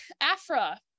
Afra